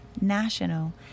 national